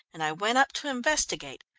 and i went up to investigate.